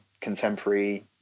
contemporary